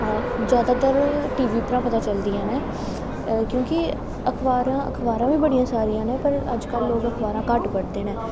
जादातर T V उप्परा पता चलदियां न क्योंकि अखबारां अखबारां बी बड़ियां सारियां न पर अज्जकल लोग अखबारां घट्ट पढ़दे न